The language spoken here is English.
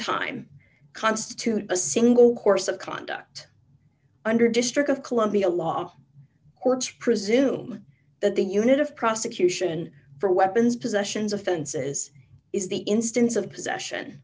time constitute a single course of conduct under district of columbia law courts presume that the unit of prosecution for weapons possessions offenses is the instance of possession